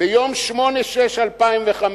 ביום 8 ביוני 2005,